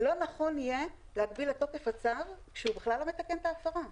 לא נכון יהיה להגביל את תוקף הצו כשהוא בכלל לא מתקן את ההפרה.